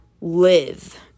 live